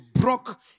broke